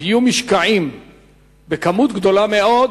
שאם יהיו משקעים בכמות גדולה מאוד,